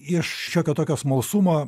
iš šiokio tokio smalsumo